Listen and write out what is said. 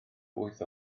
wyth